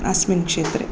अस्मिन् क्षेत्रे